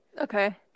Okay